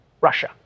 Russia